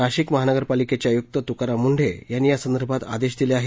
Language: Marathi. नाशिक महापालिकेचे आयुक्त तुकाराम मुंढे यांनी या संदर्भात आदेश दिले आहेत